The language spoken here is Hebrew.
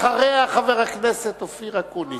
אחריה, חבר הכנסת אופיר אקוניס,